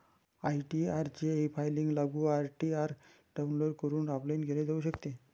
ITR चे e filing लागू ITR download करून ऑफलाइन केले जाऊ शकते